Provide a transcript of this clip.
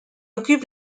occupe